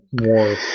more